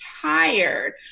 tired